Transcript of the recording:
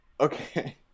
Okay